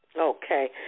Okay